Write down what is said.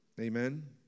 Amen